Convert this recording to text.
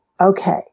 okay